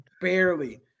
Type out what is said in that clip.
barely